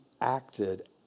acted